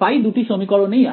phi দুটি সমীকরণ এই আসছে